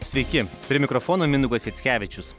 sveiki prie mikrofono mindaugas jackevičius